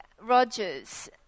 Rogers